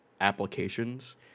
applications